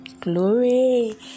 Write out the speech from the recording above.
Glory